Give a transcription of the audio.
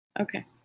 okay